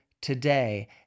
today